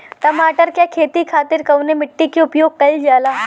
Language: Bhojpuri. टमाटर क खेती खातिर कवने मिट्टी के उपयोग कइलजाला?